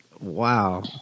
Wow